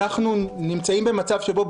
אנחנו נמצאים במצב שבו,